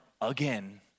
again